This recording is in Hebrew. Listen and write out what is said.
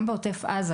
גם בעוטף עזה,